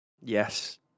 Yes